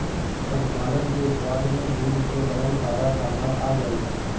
पशुपालन के उत्पाद में दूध से बनल सारा सामान आ जाई